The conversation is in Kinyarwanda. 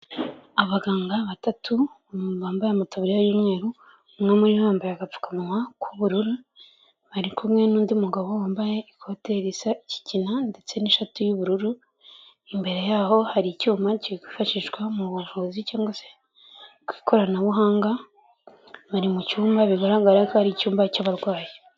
Abaganga batatu bambaye amataburiya y'umweru, umwe muri bo yambaye agapfukanwa k'ubururu bari kumwe n'undi mugabo wambaye ikote risa ikigina ndetse n'ishati y'ubururu. Imbere yaho hari icyuma kifashishwa mu buvuzi cyangwa se ku ikoranabuhanga, bari mu cyumba bigaragara ko ari icyumba cy'abarwayi.